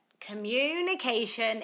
Communication